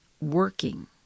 working